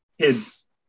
kids